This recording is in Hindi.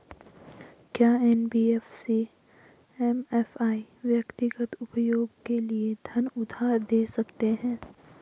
क्या एन.बी.एफ.सी एम.एफ.आई व्यक्तिगत उपयोग के लिए धन उधार दें सकते हैं?